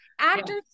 Actors